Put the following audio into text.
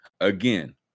Again